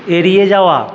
এড়িয়ে যাওয়া